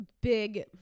big